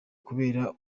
kubera